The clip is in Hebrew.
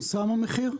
וגם המחיר יפורסם?